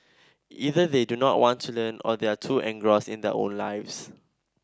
either they do not want to learn or they are too engrossed in their own lives